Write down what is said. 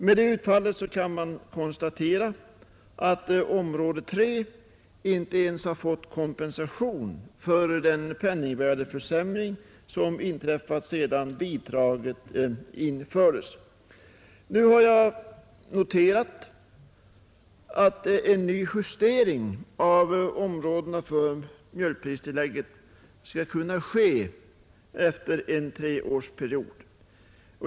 Med det utfallet kan man konstatera att område III inte ens har fått kompensation för den penningvärdeförsämring som inträffat sedan bidraget infördes utan en realförsämring. Nu har jag noterat att en ny justering av områdena för mjölk pristillägget skall kunna ske efter en treårsperiod.